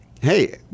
hey